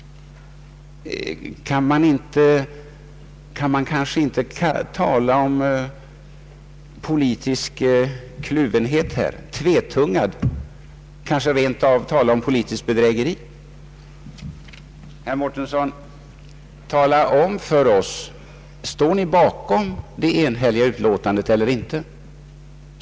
Kan man kanske inte tala om politisk kluvenhet eller kanske rent av politiskt bedrägeri? Tala om för oss, herr Mårtensson, huruvida ni står bakom det enhälliga utlåtandet eller inte!